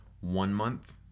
one-month